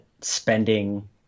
spending